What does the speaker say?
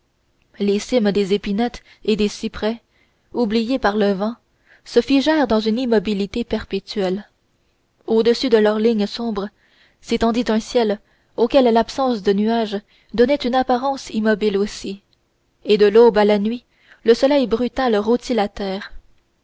les cimes des épinettes et des cyprès oubliées par le vent se figèrent dans une immobilité perpétuelle au-dessus de leur ligne sombre s'étendit un ciel auquel l'absence de nuages donnait une apparence immobile aussi et de l'aube à la nuit le soleil brutal rôtit la terre